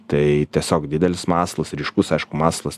tai tiesiog didelis masalas ryškus aišku masalas